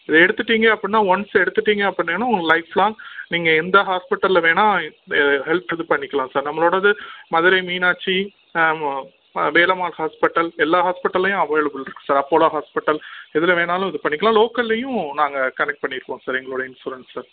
இதை எடுத்துட்டீங்க அப்புடின்னா ஒன்ஸ் எடுத்துட்டீங்க அப்புடின்னேனு உங்கள் லைஃப் லாங் நீங்கள் எந்த ஹாஸ்பிட்டலில் வேணால் ஹெல்ப் இது பண்ணிக்கலாம் சார் நம்மளோடது மதுரை மீனாட்சி ஓ வேலம்மாள் ஹாஸ்பிட்டல் எல்லா ஹாஸ்பிட்டலேயும் அவைலபுள் இருக்குது சார் அப்பலோ ஹாஸ்பிட்டல்ஸ் எதில் வேணாலும் இது பண்ணிக்கலாம் லோக்கல்லேயும் நாங்கள் கனெக்ட் பண்ணியிருக்கோம் சார் எங்களுடைய இன்சூரன்ஸை